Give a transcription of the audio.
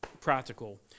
practical